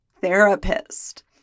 therapist